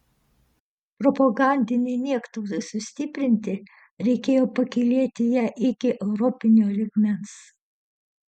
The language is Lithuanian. propagandinei niektauzai sustiprinti reikėjo pakylėti ją iki europinio lygmens